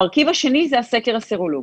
המרכיב השני זה הסקר הסרולוגי.